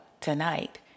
tonight